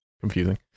confusing